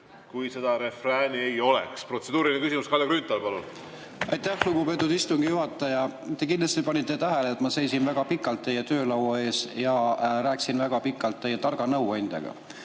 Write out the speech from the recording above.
kui seda refrääni ei oleks. Protseduuriline küsimus, Kalle Grünthal, palun! Aitäh, lugupeetud istungi juhataja! Te kindlasti panite tähele, et ma seisin väga pikalt teie töölaua ees ja rääkisin väga pikalt teie targa nõuandjaga